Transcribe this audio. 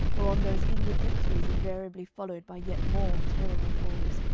or on those inward victories invariably followed by yet more terrible falls,